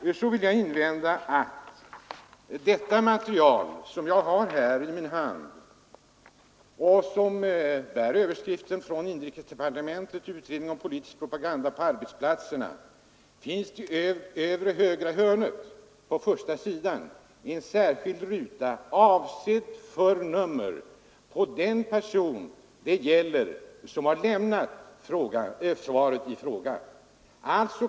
Jag vill påpeka att på det formulär som jag har i min hand och som bär överskriften ”Inrikesdepartementet: Utredning om politisk propaganda på arbetsplatserna. Frågeformulär för ett urval svenska arbetsplatser” finns i övre högra hörnet på första sidan en särskild ruta avsedd för nummer på den person som lämnar svar på frågorna.